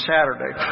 Saturday